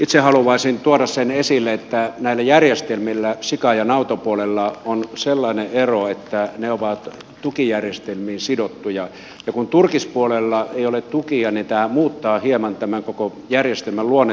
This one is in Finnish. itse haluaisin tuoda sen esille että näillä järjestelmillä sika ja nautapuolella on sellainen ero että ne ovat tukijärjestelmiin sidottuja ja kun turkispuolella ei ole tukia niin tämä muuttaa hieman tämän koko järjestelmän luonnetta